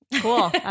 Cool